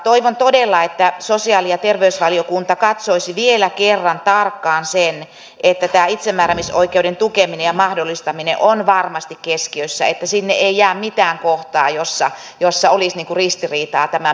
toivon todella että sosiaali ja terveysvaliokunta katsoisi vielä kerran tarkkaan sen että tämä itsemääräämisoikeuden tukeminen ja mahdollistaminen on varmasti keskiössä että sinne ei jää mitään kohtaa jossa olisi ristiriitaa tämän perusperiaatteen kanssa